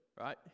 right